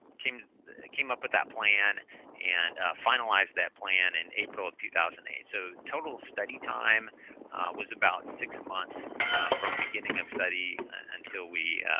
came came up with that plan and finalized that plan in april of two thousand and eight. so, total study time was about six months from beginning of study until we